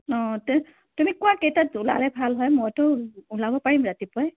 অঁ তে তুমি কোৱা কেইটাত ওলালে ভাল হয় মইতো ওলাব পাৰিম ৰাতিপুৱাই